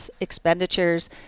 expenditures